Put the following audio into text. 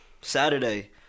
Saturday